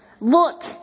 look